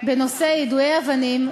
בנושא יידויי אבנים,